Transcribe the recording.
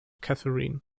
catharine